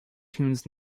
tunes